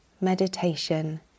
meditation